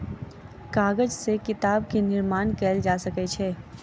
कागज से किताब के निर्माण कयल जा सकै छै